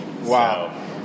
Wow